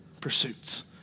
pursuits